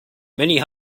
many